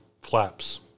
flaps